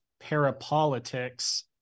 parapolitics